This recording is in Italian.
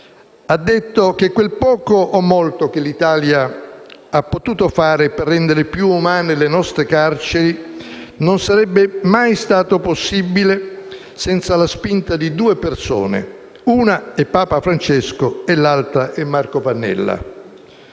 ha detto che quel poco o molto che l'Italia ha potuto fare per rendere più umane le nostre carceri non sarebbe mai stato possibile senza la spinta di due persone: una è Papa Francesco e l'altra è Marco Pannella.